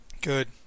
Good